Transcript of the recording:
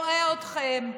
מבין לליבכם, אני רואה אתכם.